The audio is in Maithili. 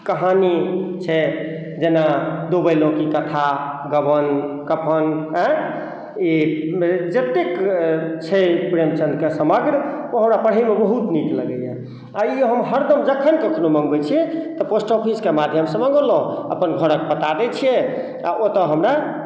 कहानी छै जेना दो बैलों की कथा गबन कफ़न अयं ई मे जतेक छै प्रेमचंदके समग्र ओ हमरा पढ़य मे बहुत नीक लगैया आ ई हम हरदम जखन कखनो मॅंगबै छियै तऽ पोस्ट ऑफिस के माध्यम से मॅंगोलहुॅं अपन घरक पता दै छियै आ ओतऽ हमर